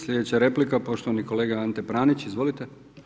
Slijedeća replika poštovani kolega Ante Pranić, izvolite.